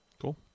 cool